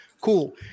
Cool